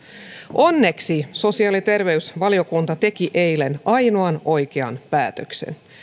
onneksi sosiaali ja terveysvaliokunta teki eilen ainoan oikean päätöksen